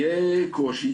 יהיה קושי,